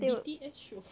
B_T_S show